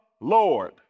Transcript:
Lord